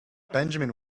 benjamin